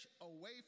away